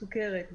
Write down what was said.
בסוכרת,